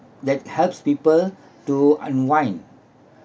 that helps people to unwind